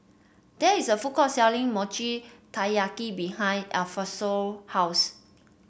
there is a food court selling Mochi Taiyaki behind Alphonso house